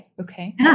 Okay